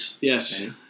Yes